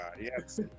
yes